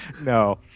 no